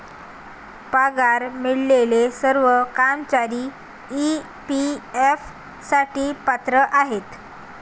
पगार मिळालेले सर्व कर्मचारी ई.पी.एफ साठी पात्र आहेत